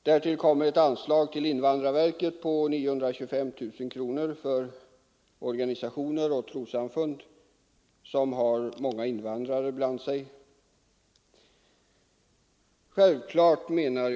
Därtill kommer ett anslag till invandrarverket på 925 000 kronor för organisationer och trossamfund som har många invandrare bland sina medlemmar.